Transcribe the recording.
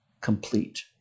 complete